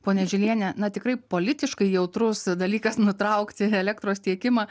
pone žiliene na tikrai politiškai jautrus dalykas nutraukti elektros tiekimą